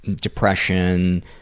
depression